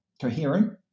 coherent